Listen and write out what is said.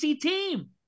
team